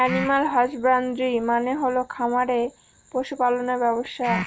animal husbandry মানে হল খামারে পশু পালনের ব্যবসা